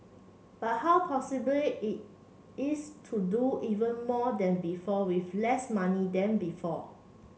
but how possible is to do even more than before with less money than before